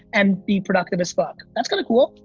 and be productive as fuck. that's kinda cool.